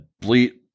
bleat